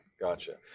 gotcha